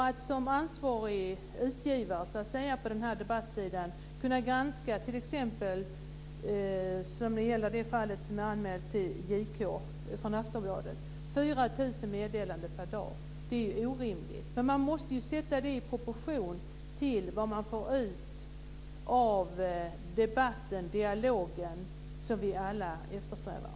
Att som ansvarig utgivare för en debattsida, som i det fall med Aftonbladet som är anmält till JK, granska 4 000 meddelanden per dag är ju orimligt. Man måste sätta det i proportion till vad man får ut av denna debatt och dialog, som vi alla eftersträvar.